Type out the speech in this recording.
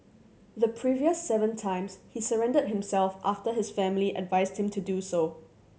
the previous seven times he surrendered himself after his family advised him to do so